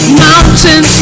mountains